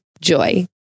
JOY